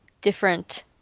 different